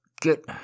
get